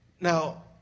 Now